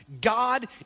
God